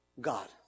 God